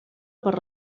per